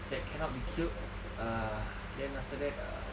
that cannot be killed uh then after that